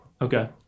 Okay